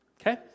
Okay